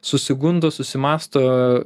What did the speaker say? susigundo susimąsto